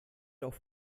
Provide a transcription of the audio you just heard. auf